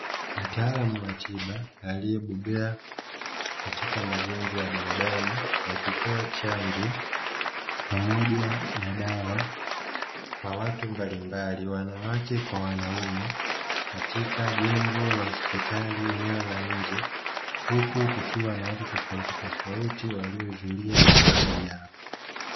Mtaalamu wa tiba aliyebobea katika magonjwa ya binadamu, akitoa chanjo pamoja na dawa kwa watu mbalimbali, wanawake kwa wanaume, katika jengo la hospitali eneo la nje huku kukiwa na watu tofautitofauti waliohudhuria mahali hapo.